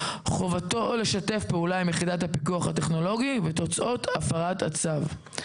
חובתו לשתף פעולה עם יחידת הפיקוח הטכנולוגי ותוצאות הפרת הצו.